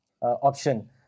option